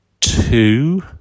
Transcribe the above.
two